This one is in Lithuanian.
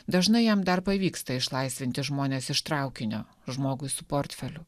dažnai jam dar pavyksta išlaisvinti žmones iš traukinio žmogui su portfeliu